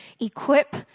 equip